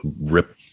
rip